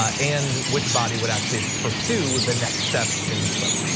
ah and which body would actually pursue the next step in this clip.